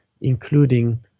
including